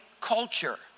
culture